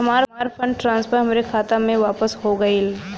हमार fund transfer हमरे खाता मे वापस हो गईल